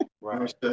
right